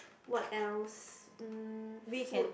what else um food